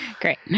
great